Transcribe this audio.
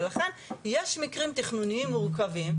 ולכן יש מקרים תכנוניים מורכבים,